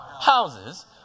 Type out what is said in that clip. houses